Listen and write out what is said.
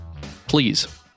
Please